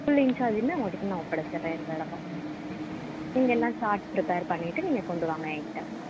full இன்சார்ஜையுமே உங்கள்கிட்ட நான் ஒப்படைச்சுர்றேன் இந்த தடவை நீங்கள் எல்லாம் சார்ட் ப்ரிப்பேர் பண்ணிவிட்டு நீங்கள் கொண்டு வாங்க என்கிட்ட